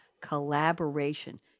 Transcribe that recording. collaboration